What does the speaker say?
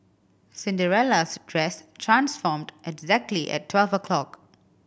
Cinderella's dress transformed exactly at twelve o'clock